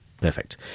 Perfect